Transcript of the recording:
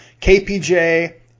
kpj